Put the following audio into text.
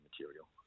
material